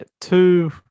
Two